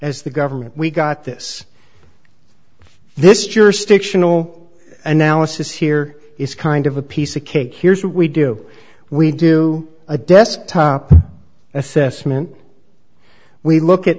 as the government we got this this jurisdiction will analysis here is kind of a piece of cake here's what we do we do a desktop assessment we look at